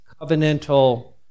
Covenantal